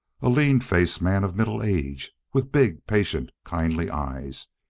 a lean-faced man of middle age with big, patient, kindly eyes.